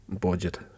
budget